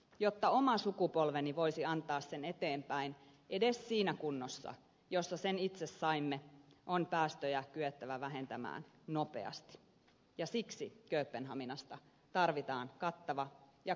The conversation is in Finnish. jotta oma sukupolveni voisi antaa sen eteenpäin edes siinä kunnossa jossa sen itse saimme on päästöjä kyettävä vähentämään nopeasti ja siksi kööpenhaminasta tarvitaan kattava ja kunnianhimoinen sopimus